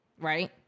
Right